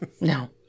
No